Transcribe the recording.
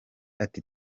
ati